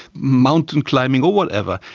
mountain climbing or whatever.